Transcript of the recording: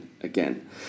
again